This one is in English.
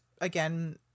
again